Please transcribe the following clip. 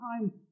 time